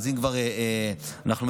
אז אם כבר אנחנו מדברים,